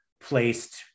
placed